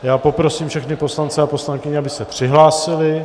Já poprosím všechny poslance a poslankyně, aby se přihlásili.